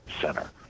center